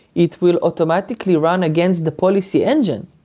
it will automatically run against the policy engine.